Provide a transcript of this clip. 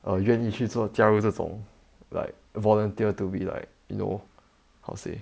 err 愿意去做加入这种 like volunteer to be like you know how to say